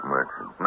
Merchant